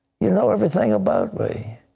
you know everything about me.